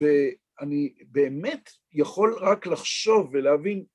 ואני באמת יכול רק לחשוב ולהבין...